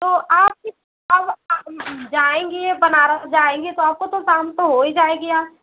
तो आप जायेंगी बनारस जायेंगी तो आपको तो शाम तो हो ही जायेगी आज